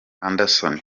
anderson